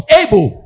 able